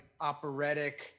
operatic